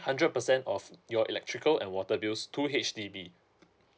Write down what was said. hundred percent of your electrical and water bills to H_D_B